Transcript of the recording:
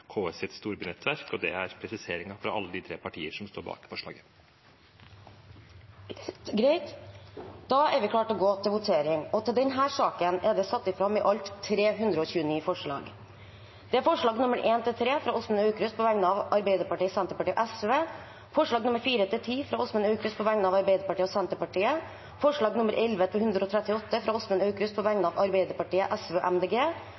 KS’ storbynettverk, og det er en presisering fra alle de tre partier som står bak forslaget. Under debatten er det satt fram i alt 329 forslag. Det er forslagene nr. 1–3, fra Åsmund Aukrust på vegne av Arbeiderpartiet, Senterpartiet og Sosialistisk Venstreparti forslagene nr. 4–10, fra Åsmund Aukrust på vegne av Arbeiderpartiet og Senterpartiet forslagene nr. 11–138, fra Åsmund Aukrust på vegne av Arbeiderpartiet, Sosialistisk Venstreparti og Miljøpartiet De Grønne forslag nr. 139, fra Åsmund Aukrust på vegne av Arbeiderpartiet og Sosialistisk Venstreparti forslagene nr. 140–151, fra Åsmund Aukrust på